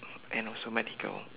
and also medical